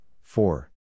four